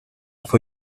for